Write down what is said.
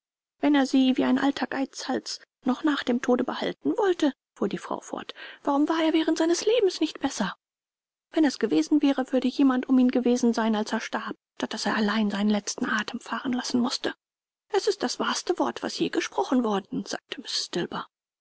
wenn er sie wie ein alter geizhals noch nach dem tode behalten wollte fuhr die frau fort warum war er während seines lebens nicht besser wenn er's gewesen wäre würde jemand um ihn gewesen sein als er starb statt daß er allein seinen letzten atem fahren lassen mußte es ist das wahrste wort was je gesprochen worden sagte